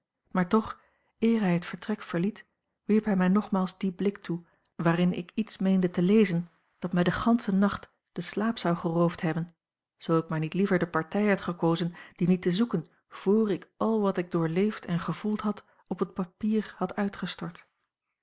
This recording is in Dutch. maar toch eer hij het vertrek verliet wierp hij mij nogmaals dien blik toe waarin ik iets meende te lezen dat mij den ganschen nacht den slaap zou geroofd hebben zoo ik maar niet liever de partij had gekozen dien niet te zoeken vr ik al wat ik doorleefd en gevoeld had op het papier had uitgestort